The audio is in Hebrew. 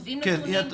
מביאים נתונים,